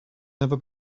never